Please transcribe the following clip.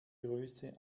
größe